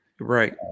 Right